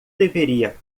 deveria